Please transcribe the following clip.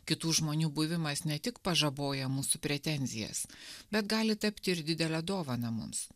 kitų žmonių buvimas ne tik pažaboja mūsų pretenzijas bet gali tapti ir didele dovana mums